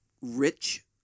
rich